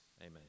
amen